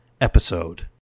episode